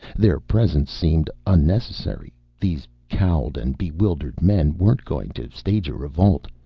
their presence seemed unnecessary these cowed and bewildered men weren't going to stage a revolt.